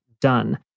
done